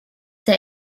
der